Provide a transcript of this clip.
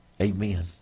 amen